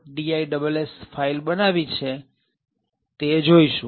diss file બનાવી છે તે જોઈશું